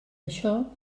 això